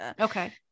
Okay